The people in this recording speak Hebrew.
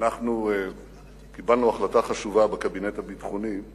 אנחנו קיבלנו החלטה חשובה בקבינט הביטחוני,